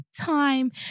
time